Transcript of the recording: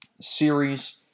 series